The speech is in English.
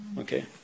Okay